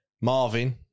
Marvin